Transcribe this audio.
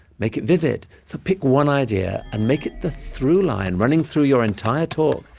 make it vivid. so pick one idea, and make it the through-line running through your entire talk,